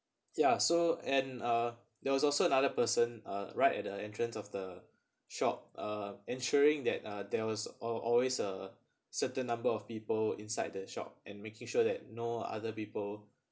ya so and uh there was also another person uh right at the entrance of the shop uh ensuring that uh there was al~ always a certain number of people inside the shop and making sure that no other people